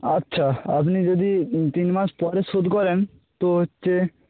আচ্ছা আপনি যদি তিন মাস পরে শোধ করেন তো হচ্ছে